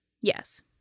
yes